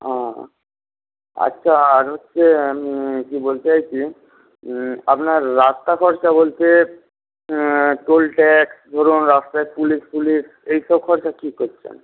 হ্যাঁ আচ্ছা আর হচ্ছে কি বলতে চাইছি আপনার রাস্তা খরচা বলতে টোল ট্যাক্স ধরুন রাস্তায় পুলিশ ফুলিশ এইসব খরচা কী করছেন